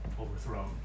overthrown